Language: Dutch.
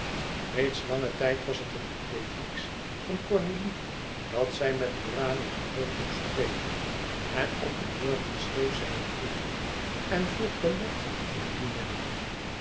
reeds langen tijd was het een idee fixe van cornélie dat zij met urania hope moest spreken en op een morgen schreef zij een briefje en vroeg belet voor dien middag